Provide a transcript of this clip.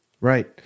Right